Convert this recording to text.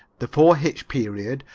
the four hitch period,